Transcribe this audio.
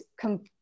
come